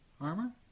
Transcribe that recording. armor